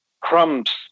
crumbs